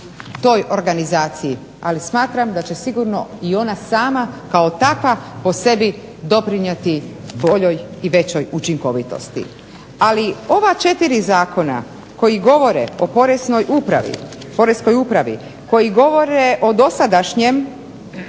toj organizaciji ali smatramo da će sigurno i ona sama kao takva po sebi doprinijeti boljoj i većoj učinkovitosti. Ali ova 4 zakona koji govore o Poreskoj upravi, koji govore o dosadašnjem